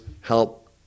help